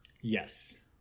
Yes